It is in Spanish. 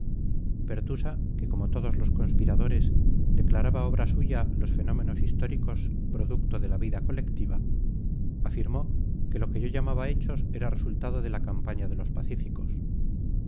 pertusa que como todos los conspiradores declaraba obra suya los fenómenos históricos producto de la vida colectiva afirmó que lo que yo llamaba hechos era resultado de la campaña de los pacíficos